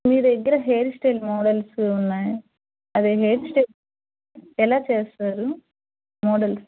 మీ దగ్గర hair style models ఉన్నాయా అదే హెయిర్ స్టైల్ ఎలా చేస్తారు మోడల్స్